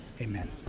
Amen